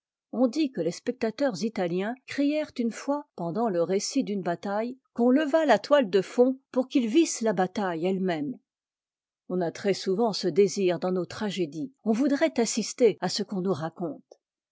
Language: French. on dit que les spectateurs italiens crièrent une fois pendant le récit d'une bataille qu'on levât la toile du fond pour qu'ils vissent la bataille elle-même on a très-souvent ce désir dans nos tragédies on voudrait assister à ce qu'on nous raconte